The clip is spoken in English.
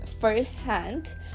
firsthand